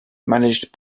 managed